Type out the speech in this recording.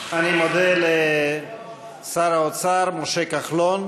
אני מודה לשר האוצר משה כחלון.